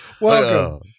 welcome